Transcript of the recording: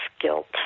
guilt